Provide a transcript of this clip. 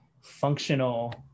functional